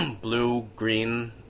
blue-green